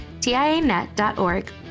tianet.org